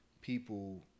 people